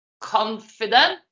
confident